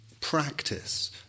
practice